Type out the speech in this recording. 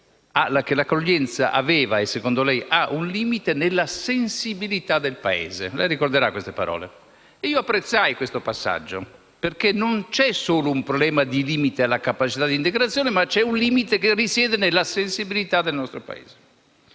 che l'accoglienza aveva, e secondo lei ha, un limite nella sensibilità del Paese. Lei ricorderà queste parole. Io apprezzai questo passaggio, perché non vi è solo un problema di limite alla capacità di integrazione, ma vi è un limite che risiede nella sensibilità del nostro Paese.